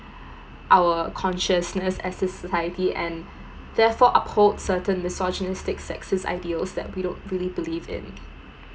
our consciousness as society and therefore uphold certain misogynistic sexist ideals that we don't really believe in